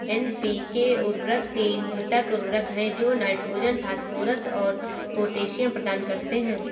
NPK उर्वरक तीन घटक उर्वरक हैं जो नाइट्रोजन, फास्फोरस और पोटेशियम प्रदान करते हैं